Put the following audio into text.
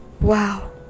Wow